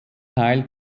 teil